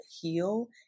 heal